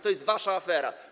To jest wasza afera.